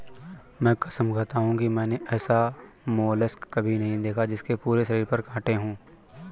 मैं कसम खाता हूँ कि मैंने ऐसा मोलस्क कभी नहीं देखा जिसके पूरे शरीर पर काँटे हों